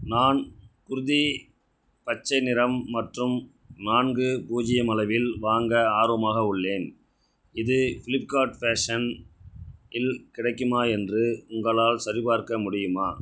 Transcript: நான் குர்தி பச்சை நிறம் மற்றும் நான்கு பூஜ்ஜியம் அளவில் வாங்க ஆர்வமாக உள்ளேன் இது ஃப்ளிப்கார்ட் ஃபேஷன் இல் கிடைக்குமா என்று உங்களால் சரிபார்க்க முடியுமா